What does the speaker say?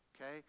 okay